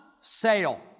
sale